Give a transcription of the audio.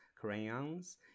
crayons